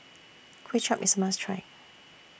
Kway Chap IS A must Try